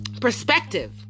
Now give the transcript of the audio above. perspective